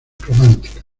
romántica